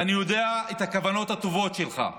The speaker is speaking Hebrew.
ואני יודע את הכוונות הטובות שלך,